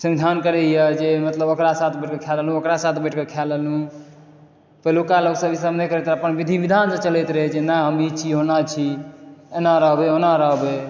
संविधान हैया जे ओकरा साथ बैठ के खा लेलहुॅं ओकरा साथ बैठ के खा लेलहुॅं पहिलुका लोक सब इसब नहि करैत रहय अपन विधि विधान सॅं चलैत रहय जे नहि हम ई छी हम एना रहबै ओना रहबै